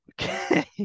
Okay